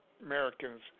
Americans